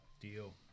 Deal